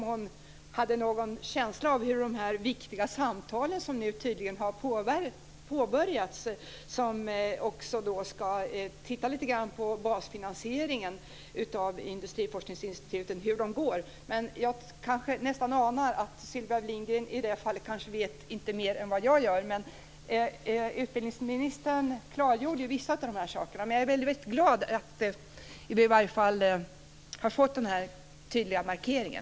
Har hon någon känsla för hur de viktiga samtalen som har påbörjats går, för att titta på basfinansieringen av industriforskningsinstituten? Jag nästan anar att Sylvia Lindgren i det fallet inte vet mer än jag gör. Utbildningsministern klargjorde vissa av dessa saker. Jag är glad för att vi har fått den tydliga markeringen.